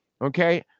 Okay